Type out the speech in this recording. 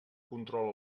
controla